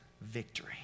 victory